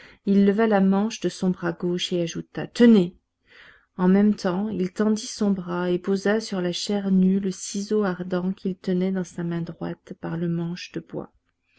il releva la manche de son bras gauche et ajouta tenez en même temps il tendit son bras et posa sur la chair nue le ciseau ardent qu'il tenait dans sa main droite par le manche de bois